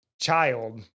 child